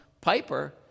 Piper